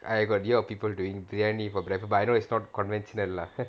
I got hear of people doing biryani for breakfast but I know it's not conventional lah